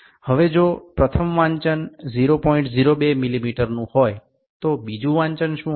এখন যদি প্রথম পাঠ ০০২ মিমি হয় তবে দ্বিতীয় পাঠটি কী হবে